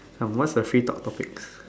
come what is a free talk topic